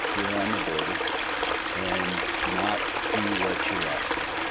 here on the border and not do what you're asking.